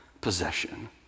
possession